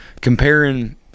comparing